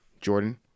Jordan